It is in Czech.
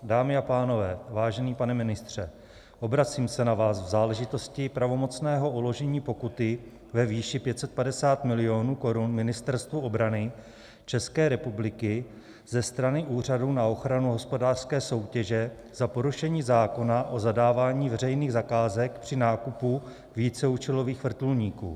Dámy a pánové, vážený pane ministře, obracím se na vás v záležitosti pravomocného uložení pokuty ve výši 550 milionů korun Ministerstvu obrany České republiky ze strany Úřadu na ochranu hospodářské soutěže za porušení zákona o zadávání veřejných zakázek při nákupu víceúčelových vrtulníků.